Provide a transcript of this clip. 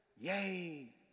yay